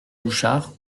bouchard